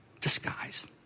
disguise